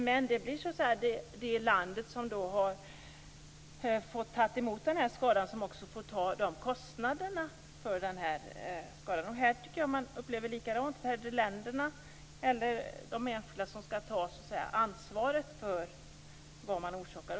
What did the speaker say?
Men det blir det land som har drabbats av skadan som får ta kostnaderna för skadan. Jag tycker att man här upplever att det är likadant. Det är de enskilda företagen som skall ta ansvaret för vad de orsakar.